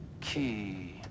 Key